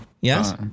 Yes